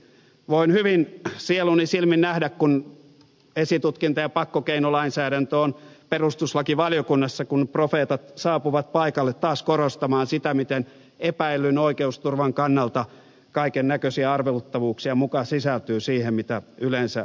voin hyvin sieluni silmin nähdä kun esitutkinta ja pakkokeinolainsäädäntö on perustuslakivaliokunnassa ja profeetat saapuvat paikalle taas korostamaan sitä miten epäillyn oikeusturvan kannalta kaikennäköisiä arveluttavuuksia muka sisältyy siihen mitä yleensä esitetään